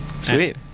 Sweet